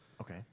Okay